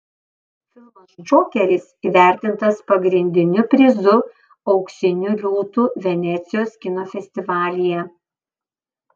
filmas džokeris įvertintas pagrindiniu prizu auksiniu liūtu venecijos kino festivalyje